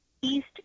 east